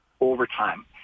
overtime